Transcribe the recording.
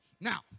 Now